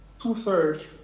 two-thirds